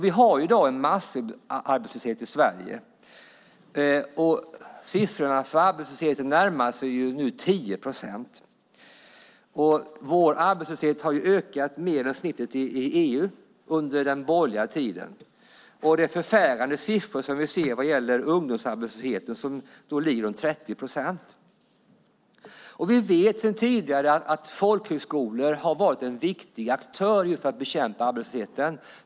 Vi har i dag en massarbetslöshet i Sverige. Arbetslöshetssiffrorna närmar sig 10 procent. Under den borgerliga regeringstiden har vår arbetslöshet ökat mer än genomsnittet i EU. Det är förfärande siffror vi ser beträffande ungdomsarbetslösheten. Den ligger på omkring 30 procent. Vi vet sedan tidigare att folkhögskolorna varit en viktig aktör i bekämpandet av arbetslösheten.